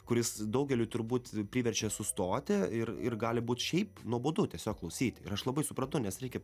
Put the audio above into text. kuris daugeliui turbūt priverčia sustoti ir ir gali būt šiaip nuobodu tiesiog klausyti ir aš labai suprantu nes reikia